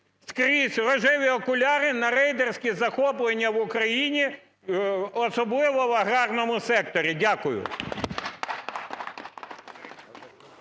скрізь в "рожеві окуляри" на рейдерські захоплення в Україні, особливо в аграрному секторі? Дякую.